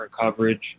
Coverage